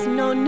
no